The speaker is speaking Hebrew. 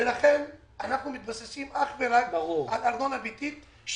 ולכן אנחנו מתבססים אך ורק על ארנונה ביתית,